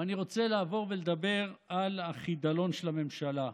אני רוצה לעבור ולדבר על החידלון של הממשלה.